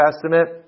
testament